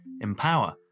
empower